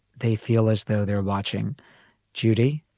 they feel as though they're watching judy.